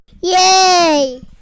yay